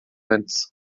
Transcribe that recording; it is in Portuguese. antes